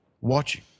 watching